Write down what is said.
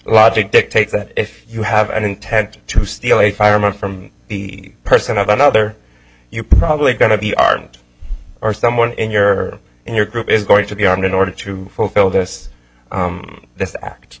logic dictates that if you have an intent to steal a fireman from the person of another you're probably going to be ardent or someone in your in your group is going to be armed in order to fulfill this this act